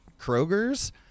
Kroger's